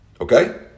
Okay